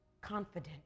confident